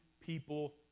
people